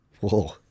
Whoa